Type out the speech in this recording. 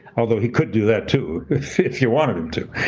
although he could do that, too, if if you wanted him to.